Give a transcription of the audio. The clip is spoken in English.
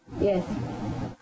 Yes